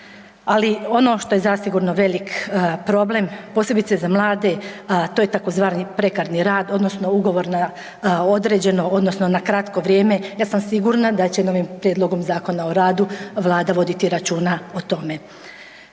Ali ono što je zasigurno veliki problem posebice za mlade to je tzv. prekarni rad odnosno ugovor na određeno odnosno na kratko vrijeme. Ja sam sigurna da će novim prijedlogom Zakona o radu Vlada voditi računa o tome.